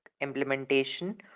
implementation